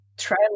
try